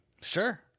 Sure